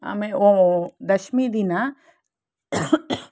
ಆಮೇಲೆ ಓ ದಶಮಿ ದಿನ